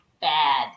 bad